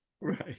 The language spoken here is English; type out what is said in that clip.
right